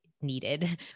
needed